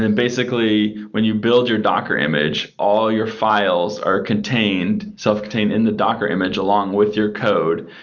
and basically, when you build your docker image, all your files are contained, self-contained in the docker image along with your code.